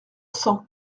cent